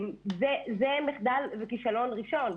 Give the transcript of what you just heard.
זה מחדל, זה כישלון ראשון.